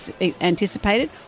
anticipated